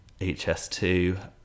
hs2